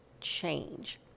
change